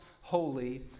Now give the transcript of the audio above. holy